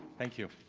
thank you.